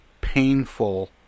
painful